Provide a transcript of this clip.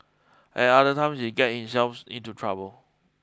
at other times he get himself into trouble